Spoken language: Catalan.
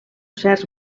certs